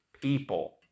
people